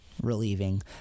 relieving